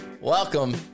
Welcome